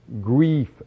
grief